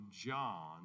John